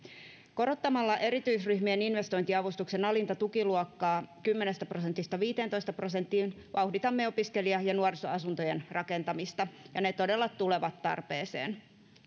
korottamalla erityisryhmien investointiavustuksen alinta tukiluokkaa kymmenestä prosentista viiteentoista prosenttiin vauhditamme opiskelija ja nuorisoasuntojen rakentamista ja ne todella tulevat tarpeeseen